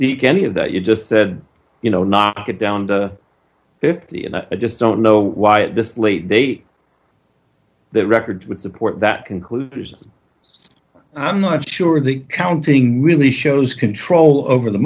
seek any of that you just said you know knock it down to fifty and i just don't know why at this late date the record would support that conclusion so i'm not sure the accounting really shows control over the